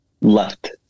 Left